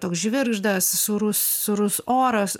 toks žvirgždas sūrus sūrus oras